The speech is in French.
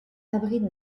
abrite